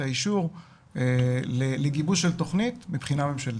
את האישור לגיבוש התכנית מבחינה ממשלתית.